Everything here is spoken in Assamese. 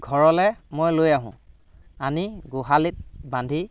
ঘৰলৈ মই লৈ আহোঁ আনি গোহালিত বান্ধি